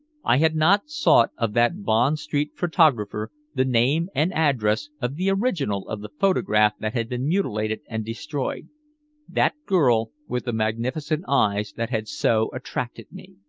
i had not sought of that bond street photographer the name and address of the original of the photograph that had been mutilated and destroyed that girl with the magnificent eyes that had so attracted me.